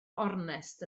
ornest